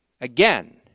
again